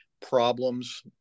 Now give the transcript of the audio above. problems